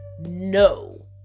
no